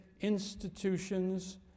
institutions